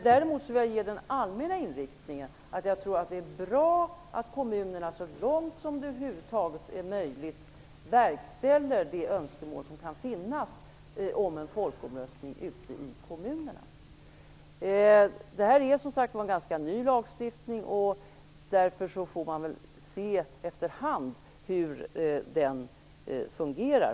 Däremot vill jag ange den allmänna inriktningen att jag tror att det är bra att kommunerna så långt som det över huvud taget är möjligt verkställer de önskemål om en folkomröstning som kan finnas ute i kommunerna. Det här är en ganska ny lagstiftning. Därför får man efter hand se hur den fungerar.